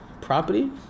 Property